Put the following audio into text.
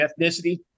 ethnicity